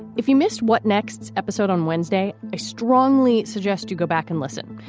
if you missed what next episode on wednesday, i strongly suggest you go back and listen.